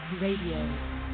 Radio